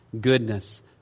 goodness